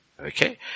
okay